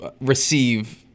receive